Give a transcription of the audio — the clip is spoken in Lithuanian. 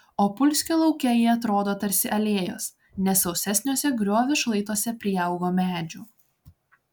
opulskio lauke jie atrodo tarsi alėjos nes sausesniuose griovių šlaituose priaugo medžių